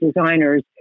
designers